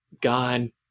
God